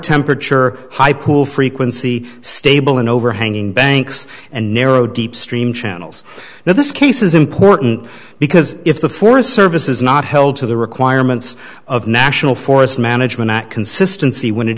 temperature high pool frequency stable and overhanging banks and narrow deep stream channels now this case is important because if the forest service is not held to the requirements of national forest management consistency when it